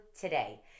today